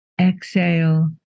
exhale